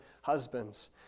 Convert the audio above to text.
husbands